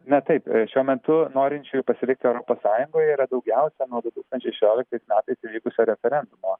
na taip šiuo metu norinčiųjų pasilikti europos sąjungoje yra daugiausia nuo du tūkstančiai šešioliktais metais įvykusio referendumo